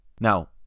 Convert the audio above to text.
Now